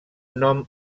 nom